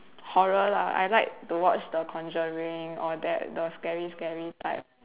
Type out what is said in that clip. horror lah I like to watch the conjuring all that the scary scary type